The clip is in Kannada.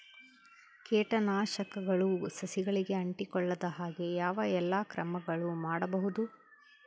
ಕೇಟನಾಶಕಗಳು ಸಸಿಗಳಿಗೆ ಅಂಟಿಕೊಳ್ಳದ ಹಾಗೆ ಯಾವ ಎಲ್ಲಾ ಕ್ರಮಗಳು ಮಾಡಬಹುದು?